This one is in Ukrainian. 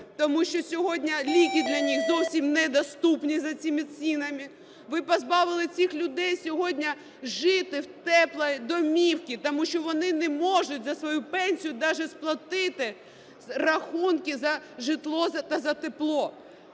тому що сьогодні ліки для них зовсім недоступні за цими цінами. Ви позбавили цих людей сьогодні жити в теплій домівці, тому що вони не можуть за свою пенсію даже сплатити рахунки за житло та за тепло.